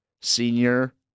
senior